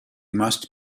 must